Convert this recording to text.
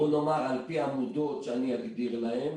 בוא נאמר על פי עמודות שאני אגדיר להם.